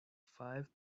five